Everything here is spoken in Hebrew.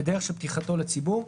בדרך של פתיחתו לציבור,